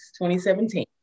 2017